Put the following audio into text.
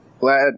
glad